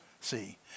see